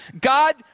God